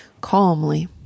calmly